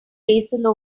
basil